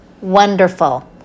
wonderful